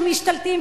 שמשתלטים.